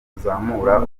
tuzamura